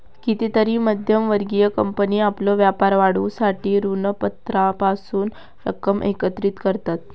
कितीतरी मध्यम वर्गीय कंपनी आपलो व्यापार वाढवूसाठी ऋणपत्रांपासून रक्कम एकत्रित करतत